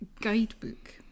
Guidebook